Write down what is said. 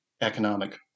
economic